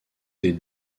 des